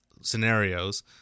scenarios